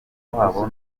wabo